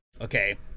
okay